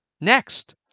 Next